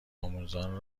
آموزان